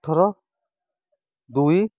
ଅଠର ଦୁଇ